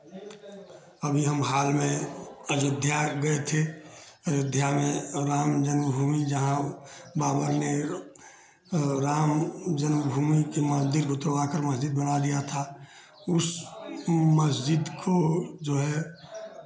अभी हम हाल में अयोध्या गए थे अयोध्या में राम जन्म भूमि जहाँ बाबा ने राम जन्म भूमि के मंदिर को तुड़वा कर मस्ज़िद बनवा लिया था उस मस्ज़िद जो को है